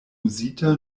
uzita